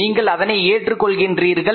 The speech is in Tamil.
நீங்கள் அதனை ஏற்றுக் கொள்கின்றீர்கள்